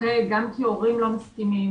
גם כי הורים לא מסכימים,